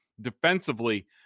defensively